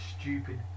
stupid